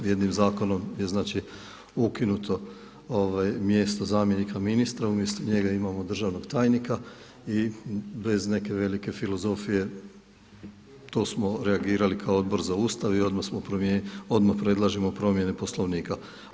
Jednim zakonom je ukinuto mjesto zamjenika ministra, umjesto njega imamo državnog tajnika i bez neke velike filozofije tu smo reagirali kao Odbor za Ustav i odmah predlažemo promjene Poslovnika.